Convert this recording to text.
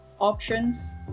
options